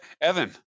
Evan